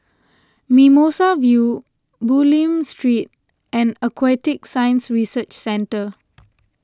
Mimosa View Bulim Street and Aquatic Science Research Centre